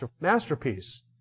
masterpiece